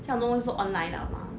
现在很多东西是 online liao mah